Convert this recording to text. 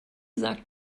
sagt